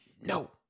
no